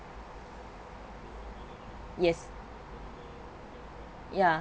yes ya